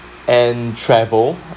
and travel